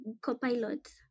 Copilot